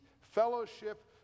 fellowship